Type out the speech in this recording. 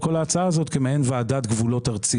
כל ההצעה הזאת כמעין ועדת גבולות ארצית.